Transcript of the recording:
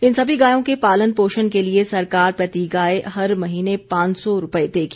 इन सभी गायों के पालन पोषण के लिए सरकार प्रति गाय हर महीने पांच सौ रूपए देगी